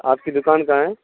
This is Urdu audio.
آپ کی دکان کہاں ہے